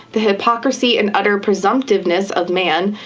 the hypocrisy and utter presumptiveness of man,